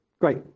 Great